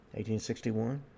1861